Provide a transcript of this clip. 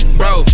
bro